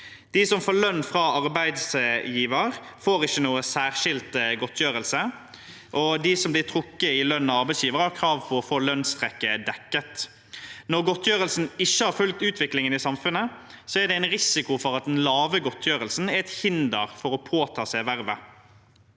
De som får lønn fra arbeidsgiver, får ikke noen særskilt godtgjørelse, og de som blir trukket i lønn av arbeidsgiver, har krav på å få lønnstrekket dekket. Når godtgjørelsen ikke har fulgt utviklingen i samfunnet, er det en risiko for at den lave godtgjørelsen er et hinder for å påta seg vervet.